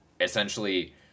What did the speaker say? Essentially